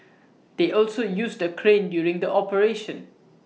they also used A crane during the operation